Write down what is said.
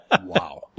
wow